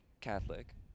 catholic